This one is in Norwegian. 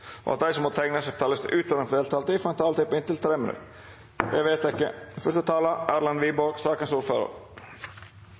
og at dei som måtte teikna seg på talarlista utover den fordelte taletida, får ei taletid på inntil 3 minutt. – Det er vedteke.